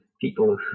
People